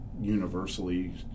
universally